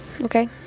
Okay